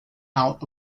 out